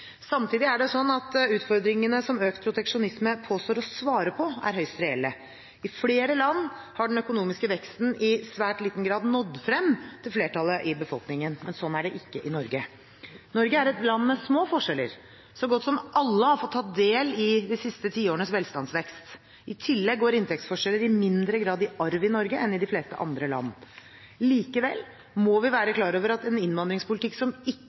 Samtidig er det sånn at utfordringene som økt proteksjonisme påstår å svare på, er høyst reelle. I flere land har den økonomiske veksten i svært liten grad nådd frem til flertallet i befolkningen. Sånn er det ikke i Norge. Norge er et land med små forskjeller. Så godt som alle har fått ta del i de siste tiårenes velstandsvekst. I tillegg går inntektsforskjeller i mindre grad i arv i Norge enn i de fleste andre land. Likevel må vi være klar over at en innvandringspolitikk som ikke